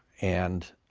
and